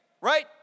right